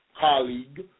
colleague